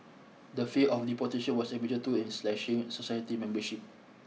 the fear of deportation was a major tool in slashing society membership